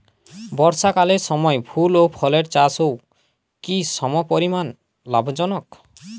বর্ষাকালের সময় ফুল ও ফলের চাষও কি সমপরিমাণ লাভজনক?